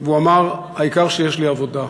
והוא אמר: העיקר שיש לי עבודה.